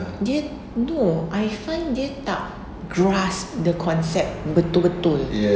dia no I find dia tak grasp the concept betul betul